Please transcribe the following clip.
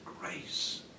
grace